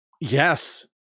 Yes